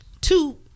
two